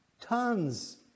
tons